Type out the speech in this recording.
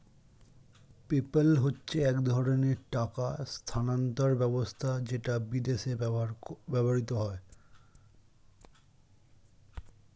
PayPal হচ্ছে এক ধরণের টাকা স্থানান্তর ব্যবস্থা যেটা বিদেশে ব্যবহৃত হয়